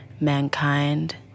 mankind